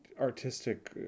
artistic